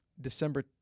December